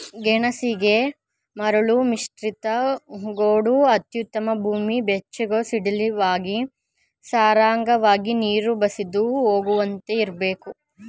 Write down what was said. ಗೆಣಸಿಗೆ ಮರಳುಮಿಶ್ರಿತ ಗೋಡು ಅತ್ಯುತ್ತಮ ಭೂಮಿ ಬೆಚ್ಚಗೂ ಸಡಿಲವಾಗಿ ಸರಾಗವಾಗಿ ನೀರು ಬಸಿದು ಹೋಗುವಂತೆ ಇರ್ಬೇಕು